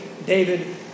David